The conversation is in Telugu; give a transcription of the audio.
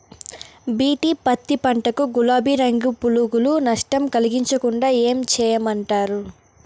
బి.టి పత్తి పంట కు, గులాబీ రంగు పులుగులు నష్టం కలిగించకుండా ఏం చేయమంటారు?